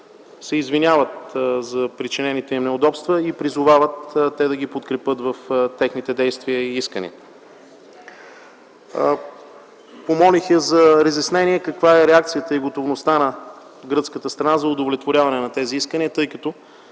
се извиняват за причинените им неудобства и призовават те да ги подкрепят в техните действия и искания. Помолих гръцката министърка за разяснение каква е реакцията и готовността на гръцката страна за удовлетворяване на исканията, тъй като